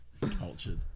cultured